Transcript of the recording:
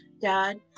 Dad